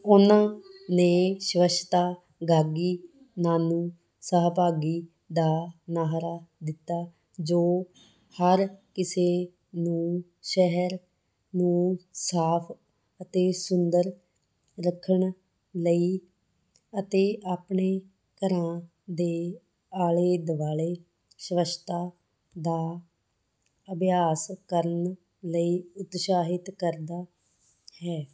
ਉਨ੍ਹਾਂ ਨੇ ਸਵੱਛਤਾ ਗਾਗੀ ਨਾਨੂੰ ਸਹਾਭਾਗੀ ਦਾ ਨਾਅਰਾ ਦਿੱਤਾ ਜੋ ਹਰ ਕਿਸੇ ਨੂੰ ਸ਼ਹਿਰ ਨੂੰ ਸਾਫ਼ ਅਤੇ ਸੁੰਦਰ ਰੱਖਣ ਲਈ ਅਤੇ ਆਪਣੇ ਘਰਾਂ ਦੇ ਆਲੇ ਦੁਆਲੇ ਸਵੱਛਤਾ ਦਾ ਅਭਿਆਸ ਕਰਨ ਲਈ ਉਤਸ਼ਾਹਿਤ ਕਰਦਾ ਹੈ